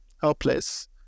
helpless